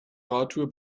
radtour